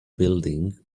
building